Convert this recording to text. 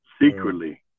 secretly